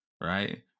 right